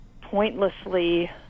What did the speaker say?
pointlessly